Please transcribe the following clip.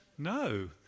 No